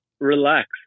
relax